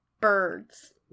birds